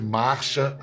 marcha